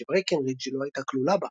שברקנרידג' לא הייתה כלולה בה.